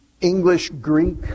English-Greek